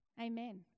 Amen